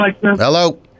Hello